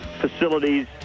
facilities